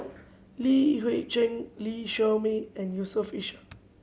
Li Hui Cheng Lee Shermay and Yusof Ishak